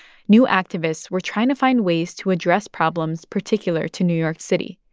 new activists were trying to find ways to address problems particular to new york city.